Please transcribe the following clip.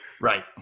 Right